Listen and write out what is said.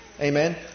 Amen